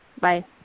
bye